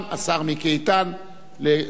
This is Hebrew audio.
הסתגלות לנשים ששהו במקלט לנשים מוכות),